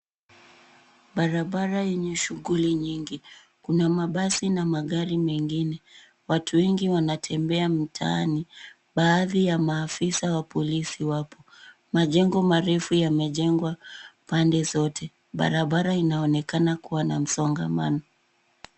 Barabara yenye shughuli nyingi. Kuna mabasi na magari mengine. Watu wengi wanatembea mitaani. Baadhi ya maafisa ya polisi wapo. Majengo marefu yamejengwa pande zote. Barabara inaonekana kuwa na msongamano.